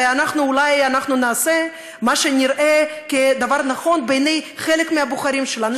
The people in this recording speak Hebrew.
אנחנו אולי נעשה מה שנראה כדבר הנכון בעיני חלק מהבוחרים שלנו,